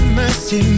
mercy